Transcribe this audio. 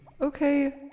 Okay